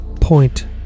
point